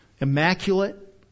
immaculate